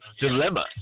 dilemma